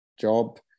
job